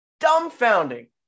dumbfounding